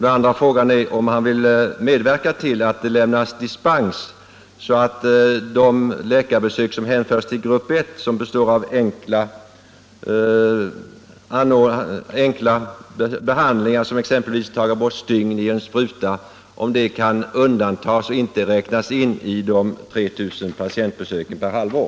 Den andra frågan är om socialministern vill medverka till att det lämnas dispens, så att de läkarbesök som hänförts till grupp 1, som består av enkla behandlingar, exempelvis att ta bort stygn eller ge en spruta, kan undantas och alltså inte räknas in i de 3 000 patientbesöken per halvår.